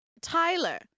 Tyler